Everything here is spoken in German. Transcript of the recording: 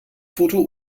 foto